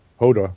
Hoda